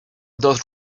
those